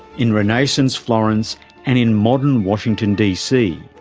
in renaissance florence and in modern washington dc,